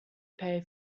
pay